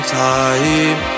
time